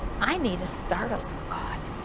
i need a start-over, god.